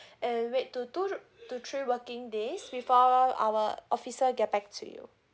and wait two to to three working days before our our officer get back to you